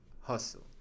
hustle